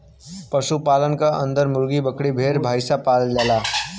पशु पालन क अन्दर मुर्गी, बकरी, भेड़, भईसपालन आवेला